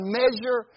measure